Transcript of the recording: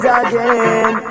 again